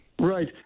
Right